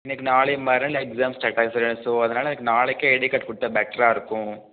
எனக்கு நாளைய மறுநாள் எக்ஸாம் ஸ்டார்ட்டாகுது சார் ஸோ அதனால் எனக்கு நாளைக்கே ஐடி கார்டு கொடுத்தா பெட்டராகருக்கும்